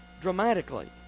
dramatically